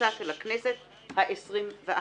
לכינוסה של הכנסת העשרים ואחת.